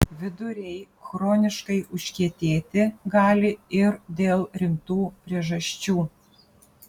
viduriai chroniškai užkietėti gali ir dėl rimtų priežasčių